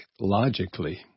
logically